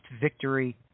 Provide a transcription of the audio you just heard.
victory